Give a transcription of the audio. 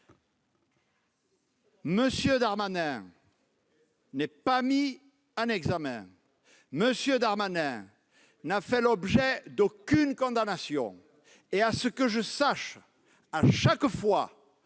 M. Darmanin n'est pas mis en examen. M. Darmanin n'a fait l'objet d'aucune condamnation et, à ce que je sache, chaque fois